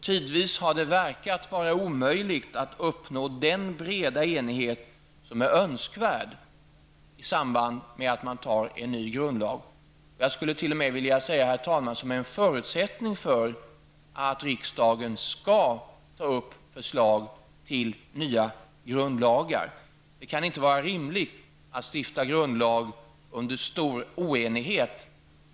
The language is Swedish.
Tidvis har det förefallit omöjligt att nå den breda enighet som är önskvärd i samband med att man antar en ny grundlag. En bred enighet är t.o.m. en förutsättning för att riksdagen skall ta upp förslag till nya grundlagar. Det kan inte vara rimligt att stifta en grundlag under stor oenighet.